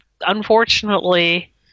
unfortunately